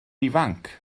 ifanc